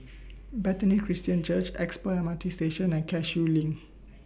Bethany Christian Church Expo MRT Station and Cashew LINK